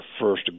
first